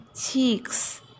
cheeks